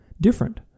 different